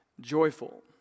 joyful